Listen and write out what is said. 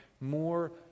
More